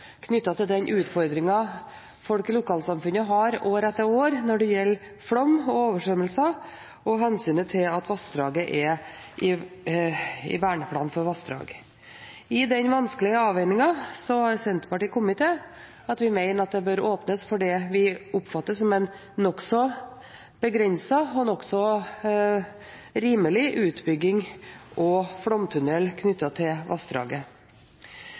til den utfordringen folk i lokalsamfunnet har år etter år når det gjelder flom og oversvømmelser og hensynet til at vassdraget er i Verneplan for vassdrag. I den vanskelige avveiningen har Senterpartiet kommet til at vi mener at det bør åpnes for det vi oppfatter som en nokså begrenset og nokså rimelig utbygging og flomtunnel knyttet til vassdraget.